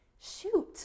shoot